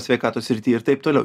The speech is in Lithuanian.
sveikatos srity ir taip toliau